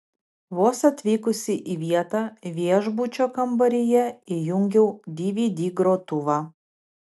vos atvykusi į vietą viešbučio kambaryje įjungiau dvd grotuvą